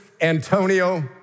Antonio